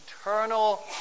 eternal